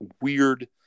weird